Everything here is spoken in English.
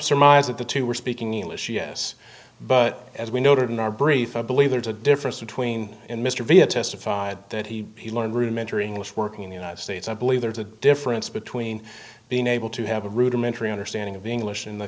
surmise that the two were speaking english yes but as we noted in our brief i believe there is a difference between mr v a testified that he learned rudimentary english working in the united states i believe there is a difference between being able to have a rudimentary understanding of english in the